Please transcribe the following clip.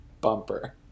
bumper